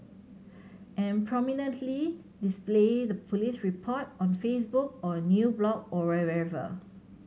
and prominently display the police report on Facebook or new blog or wherever